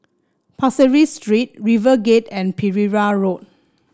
Pasir Ris Street RiverGate and Pereira Road